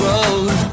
Road